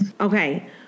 Okay